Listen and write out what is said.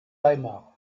weimar